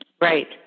Right